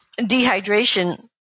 dehydration